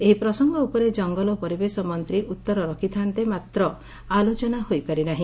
ଏହି ପ୍ରସଙ୍ଗ ଉପରେ ଜଙ୍ଗଲ ଓ ପରିବେଶ ମନ୍ତୀ ଉତ୍ତର ରଖିଥାନ୍ତେ ମାତ୍ର ଆଲୋଚନା ହୋଇପାରି ନାହି